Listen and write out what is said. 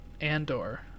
Andor